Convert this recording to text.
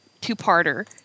two-parter